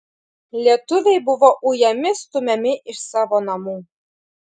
lietuviai buvo ujami stumiami iš savo namų